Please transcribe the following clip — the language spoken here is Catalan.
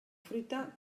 fruita